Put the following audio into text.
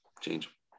change